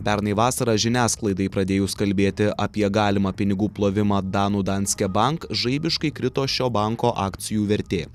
pernai vasarą žiniasklaidai pradėjus kalbėti apie galimą pinigų plovimą danų danske bank žaibiškai krito šio banko akcijų vertė